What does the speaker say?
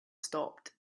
stopped